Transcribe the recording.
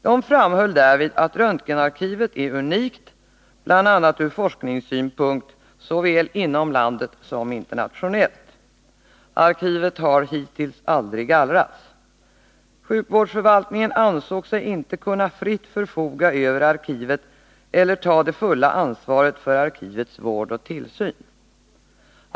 De framhöll därvid att röntgenarkivet är unikt bl.a. ur forskningssynpunkt såväl inom landet som internationellt. Arkivet har hittills aldrig gallrats. Sjukvårdsförvaltningen ansåg sig inte kunna fritt förfoga över arkivet eller ta det fulla ansvaret för arkivets vård och tillsyn.